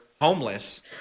homeless